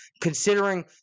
considering